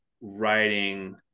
writing